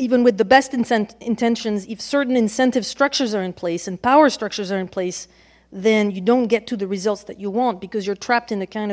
even with the best intentions if certain incentive structures are in place and power structures are in place then you don't get to the results that you want because you're trapped in the kind of a